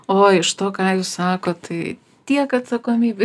o iš to ką jūs sakot tai tiek atsakomybių